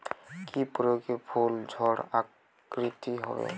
কি প্রয়োগে ফুল বড় আকৃতি হবে?